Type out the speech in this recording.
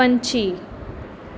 ਪੰਛੀ